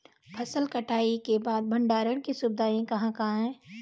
फसल कटाई के बाद भंडारण की सुविधाएं कहाँ कहाँ हैं?